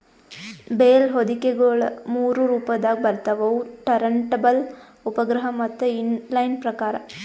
bale ಹೊದಿಕೆಗೊಳ ಮೂರು ರೊಪದಾಗ್ ಬರ್ತವ್ ಅವು ಟರಂಟಬಲ್, ಉಪಗ್ರಹ ಮತ್ತ ಇನ್ ಲೈನ್ ಪ್ರಕಾರ್